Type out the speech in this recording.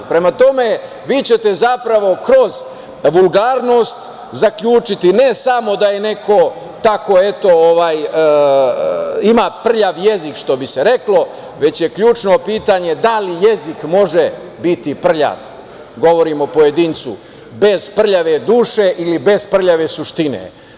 Prema tome, vi ćete zapravo kroz vulgarnost zaključiti ne samo da je neko tako, eto, ima prljav jezik, što bi se reklo, već je ključno pitanje da li jezik može biti prljav, govorim o pojedincu, bez prljave duše ili bez prljave suštine?